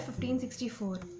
1564